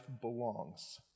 belongs